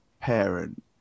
parent